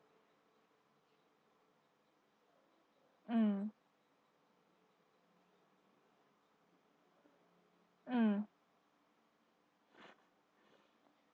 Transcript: mm mm